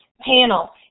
panel